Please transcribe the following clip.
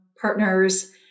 partners